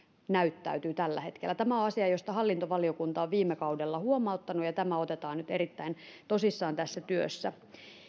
näyttäytyy tällä hetkellä tämä on asia josta hallintovaliokunta on viime kaudella huomauttanut ja tämä otetaan nyt erittäin tosissaan tässä työssä